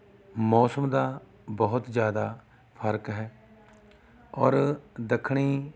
ਮੌਸਮ ਦਾ ਬੁਹਤ ਜ਼ਿਆਦਾ ਫਰਕ ਹੈ ਔਰ ਦੱਖਣੀ